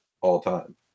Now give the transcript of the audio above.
all-time